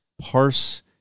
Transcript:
parse